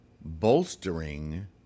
bolstering